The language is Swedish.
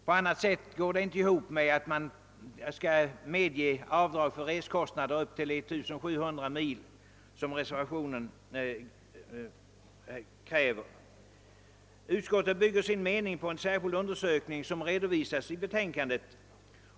På annat sätt stämmer det inte med förslaget att avdrag Utskottet bygger sin mening på en särskild undersökning, som redovisas i betänkandet.